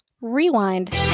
Rewind